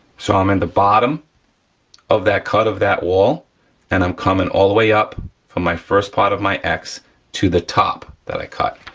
so i'm in the bottom of that cut of that wall and i'm coming all the way up from my first part of my x to the top that i cut,